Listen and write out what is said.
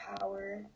power